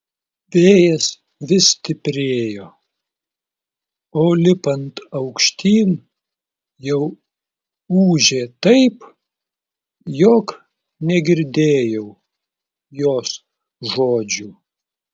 vėjas vis stiprėjo o lipant aukštyn jau ūžė taip jog negirdėjau jos žodžių